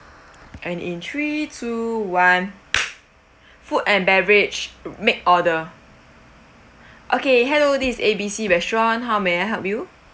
and in three two one food and beverage make order okay hello this A B C restaurant how may I help you